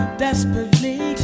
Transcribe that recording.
desperately